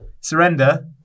surrender